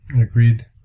Agreed